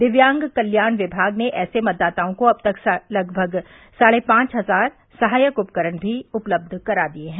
दिव्यांग कल्याण विभाग ने ऐसे मतदाताओं को अब तक लगभग साढ़े पांच हजार सहायक उपकरण भी उपलब्ध करा दिए हैं